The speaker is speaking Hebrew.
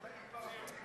למה 13:00,